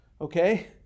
okay